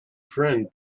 friend